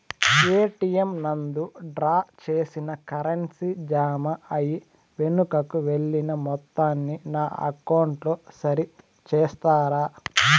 ATM నందు draw చేసిన currency జామ అయి వెనుకకు వెళ్లిన మొత్తాన్ని నా అకౌంట్ లో సరి చేస్తారా?